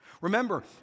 Remember